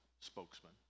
spokesman